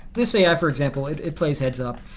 this ai, for example, it it plays heads-up.